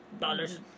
dollars